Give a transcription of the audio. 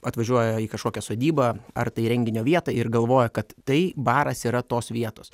atvažiuoja į kažkokią sodybą ar tai renginio vietą ir galvoja kad tai baras yra tos vietos